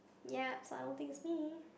ya so I don't think it's me